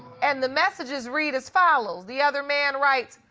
and the messages read as follows. the other man writes,